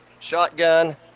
Shotgun